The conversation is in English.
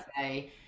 say